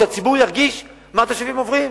כדי שהציבור ירגיש מה התושבים שם עוברים.